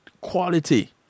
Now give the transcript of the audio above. quality